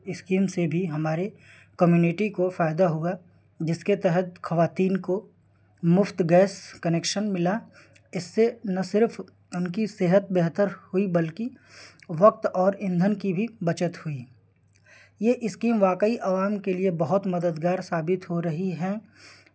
scheme سے بھی ہماری کمیونٹی کو فائدہ ہوا جس کے تحت خواتین کو مفت گیس کنیکشن ملا اس سے نہ صرف ان کی صحت بہتر ہوئی بلکہ وقت اور ایندھن کی بھی بچت ہوئی یہ اسکیم واقعی عوام کے لیے بہت مددگار ثابت ہو رہی ہے